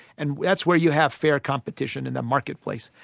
and that's where you have fair competition in the marketplace.